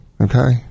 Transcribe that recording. okay